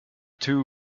two